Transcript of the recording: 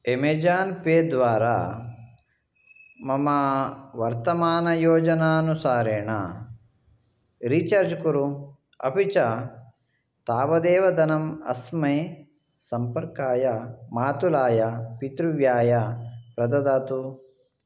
Amazon pay द्वारा मम वर्तमानयोजनानुसारेण रीचार्ज् कुरु अपि च तावदेव धनम् अस्मै सम्पर्काय मातुलाय पितृव्याय प्रददातु